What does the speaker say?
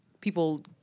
people